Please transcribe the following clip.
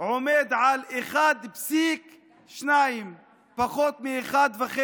הוא עומד על 1.2% פחות מ-1.5%.